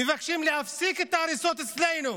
מבקשים להפסיק את ההריסות אצלנו,